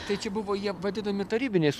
tai čia buvo jie vadinami tarybiniais